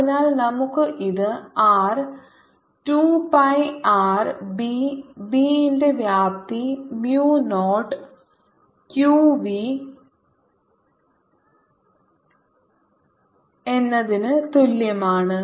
അതിനാൽ നമുക്ക് ഇത് R 2 pi R B B ന്റെ വ്യാപ്തി mu നോട്ട് q v എന്നതിന് തുല്യമാണ്